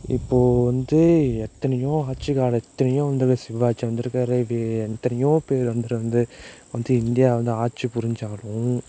இப்போது வந்து எத்தனையோ ஆட்சி கால எத்தனையோ வந்துரு சிவாஜி வந்திருக்காரு இது எத்தனையோ பேர் வந்துட்டு வந்து வந்து இந்தியாவை வந்து ஆட்சி புரிஞ்சாலும்